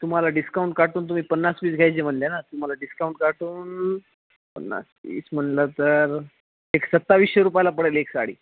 तुम्हाला डिस्काउंट काटून तुम्ही पन्नास पिस घ्यायचे म्हणले ना तुम्हाला डिस्काउंट काटून पन्नास पिस म्हणलं तर एक सत्तावीसशे रुपायाला पडेल एक साडी